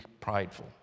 prideful